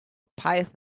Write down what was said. python